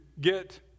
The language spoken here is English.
get